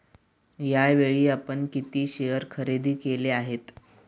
यावेळी आपण किती शेअर खरेदी केले आहेत?